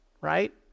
right